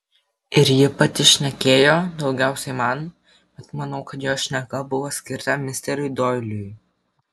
ir ji pati šnekėjo daugiausiai man bet manau kad jos šneka buvo skirta misteriui doiliui